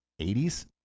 80s